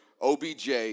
OBJ